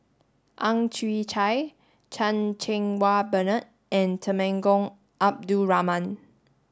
Ang Chwee Chai Chan Cheng Wah Bernard and Temenggong Abdul Rahman